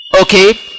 Okay